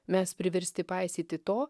mes priversti paisyti to